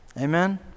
Amen